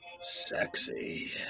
sexy